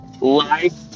Life